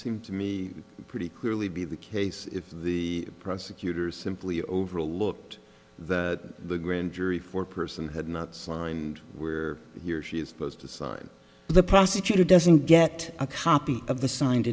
seem to me pretty clearly be the case if the prosecutor's simply overlooked that the grand jury foreperson had not signed where he or she is supposed to sign the prosecutor doesn't get a copy of the signed